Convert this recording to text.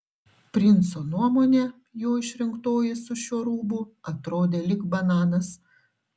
princo nuomone jo išrinktoji su šiuo rūbu atrodė lyg bananas